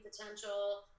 potential